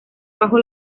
bajo